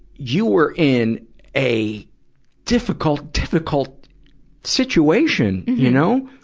you were in a difficult, difficult situation, you know?